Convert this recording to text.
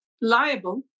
liable